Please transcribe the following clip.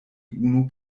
unu